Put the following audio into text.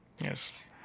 Yes